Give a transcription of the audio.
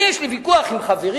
אני, יש לי ויכוח עם חברי